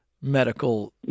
medical